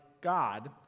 God